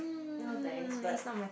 no thanks but